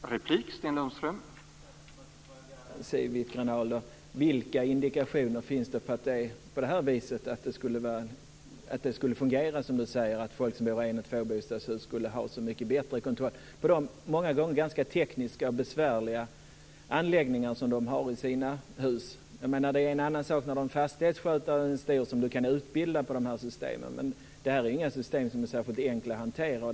Fru talman! Får jag fråga Siw Wittgren-Ahl: Vilka indikationer finns det på att det är på det viset? Vilka indikationer finns det på att det skulle fungera så att folk som bor i en och tvåbostadshus skulle ha så mycket bättre kontroll? Det är många gånger ganska tekniska och besvärliga anläggningar som de har i sina hus. Det är en annan sak när man har en fastighetsskötare som man kan utbilda på de här systemen. Men det här är inga system som är särskilt enkla att hantera.